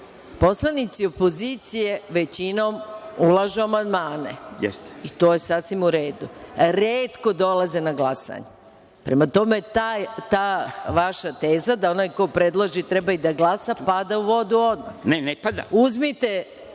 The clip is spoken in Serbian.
poslanici opozicije većinom ulažu amandmane i to je sasvim u redu. Retko dolaze na glasanje. Prema tome, ta vaša teza da onaj ko predloži treba i da glasa, pada u vodu odmah. **Đorđe